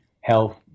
health